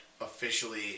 officially